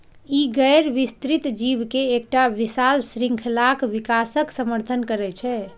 ई गैर विस्तृत जीव के एकटा विशाल शृंखलाक विकासक समर्थन करै छै